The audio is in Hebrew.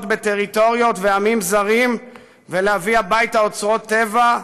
בטריטוריות ועמים זרים ולהביא הביתה אוצרות טבע,